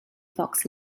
fox